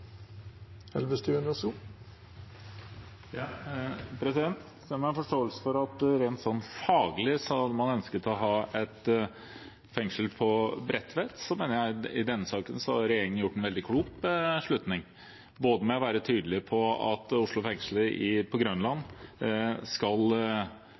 jeg har forståelse for at man rent faglig hadde ønsket å ha et fengsel på Bredtvet, mener jeg regjeringen i denne saken har gjort en veldig klok beslutning med å være tydelig på at Oslo fengsel på